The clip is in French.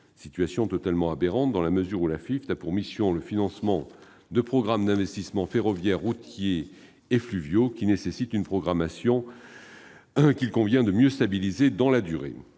situation est totalement aberrante, dans la mesure où cette agence a pour mission le financement de programmes d'investissement ferroviaires, routiers et fluviaux, qui nécessitent une programmation stabilisée dans la durée.